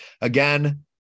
Again